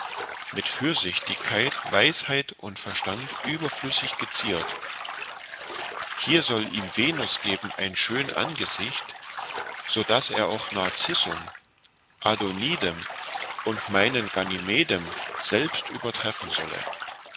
mit fürsichtigkeit weisheit und verstand überflüssig geziert hier soll ihm venus geben ein schön angesicht also daß er auch narcissum adonidem und meinen ganymedem selbst übertreffen solle